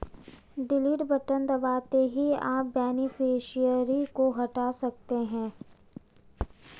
delete button दबाते ही आप बेनिफिशियरी को हटा सकते है